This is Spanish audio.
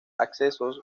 accesos